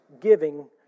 giving